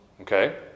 Okay